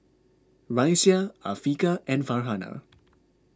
Raisya Afiqah and Farhanah